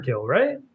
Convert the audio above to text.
right